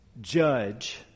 judge